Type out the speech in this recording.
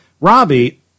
Robbie